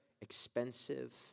expensive